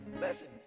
Listen